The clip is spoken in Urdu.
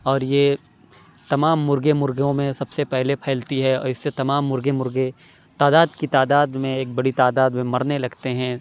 اور یہ تمام مرغے مرغیوں میں سب سے پہلے پھیلتی ہے اور اِس سے تمام مرغے مرغے تعداد کی تعداد میں ایک بڑی تعداد میں مرنے لگتے ہیں